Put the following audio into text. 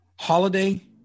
Holiday